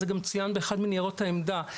זה גם צוין באחד מניירות העמדה,